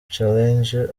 challenge